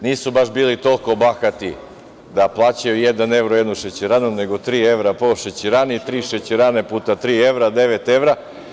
Nisu baš bili toliko bahati da plaćaju jedan evro jednu šećeranu, nego tri evra po šećerani i tri šećerane puta tri evra – devet evra.